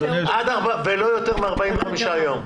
ולא יותר מ-45 יום.